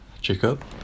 Jacob